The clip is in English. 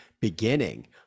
beginning